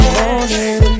morning